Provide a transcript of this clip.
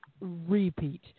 repeat